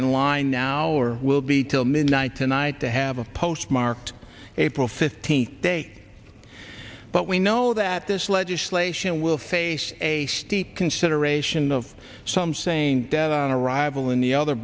in line now or will be till midnight tonight to have a postmarked april fifteenth date but we know that this legislation will face a steep consideration of some saying dead on arrival in the other